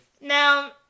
Now